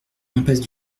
impasse